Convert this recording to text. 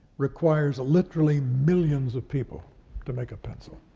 requires literally millions of people to make a pencil.